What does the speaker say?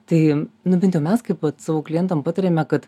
tai nu bent jau mes kaip vat savo klientam patariame kad